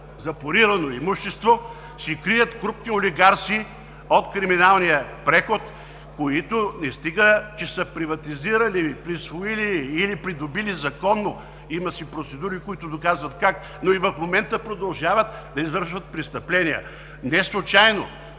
запорирано имущество се крият крупни олигарси от криминалния преход, които не стига, че са приватизирали, присвоили или придобили законно – има процедури, които доказват как, но и в момента продължават да извършват престъпления. Неслучайно